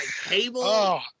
Cable